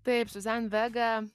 taip siuzan vega